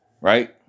right